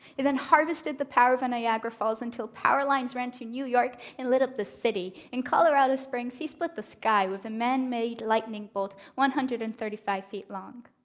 he then harvested the power of niagara falls until power lines ran to new york and lit up the city. in colorado springs, he split the sky with a man-made lightning bolt one hundred and thirty five feet long.